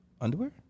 underwear